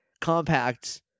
compact